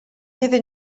iddyn